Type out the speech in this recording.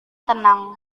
tenang